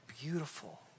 beautiful